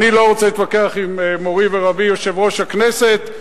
אני לא רוצה להתווכח עם מורי ורבי יושב-ראש הכנסת,